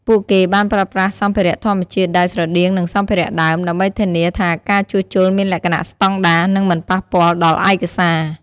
ពួកគេបានប្រើប្រាស់សម្ភារៈធម្មជាតិដែលស្រដៀងនឹងសម្ភារៈដើម ដើម្បីធានាថាការជួសជុលមានលក្ខណៈស្តង់ដារ និងមិនប៉ះពាល់ដល់ឯកសារ។